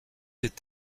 est